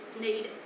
need